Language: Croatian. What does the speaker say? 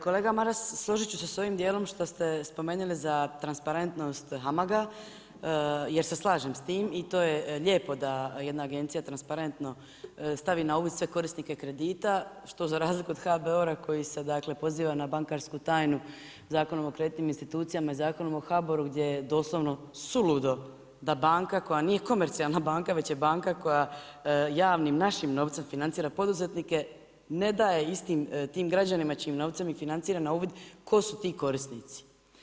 Kolega Maras složiti ću se s ovim dijelom što ste spomenuli za transparentnost HAMAG-a, jer se slažem s tim, i to je lijepo da jedna agencija transparentno stavi na uvid sve korisnike kredita, što za razliku od HBOR-a koji se poziva na bankarsku tajnu, Zakonom o kreditnim institucijama i Zakonom o HBOR-u gdje je doslovno suludo da banka koja nije komercijalna banka, već je banka koja javnim našim novcem financira poduzetnike ne daje istim tim građanima čijim novcem je financirana na uvid tko su ti korisnici.